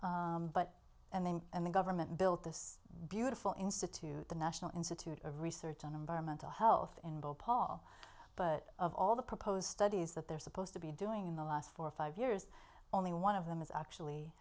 studies but and they and the government built this beautiful institute the national institute of research on environmental health and well paul but of all the proposed studies that they're supposed to be doing in the last four or five years only one of them is actually